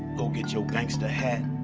go get your gangsta hat,